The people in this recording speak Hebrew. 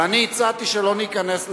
ואני הצעתי שלא ניכנס לזה,